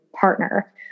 partner